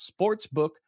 Sportsbook